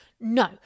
no